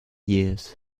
years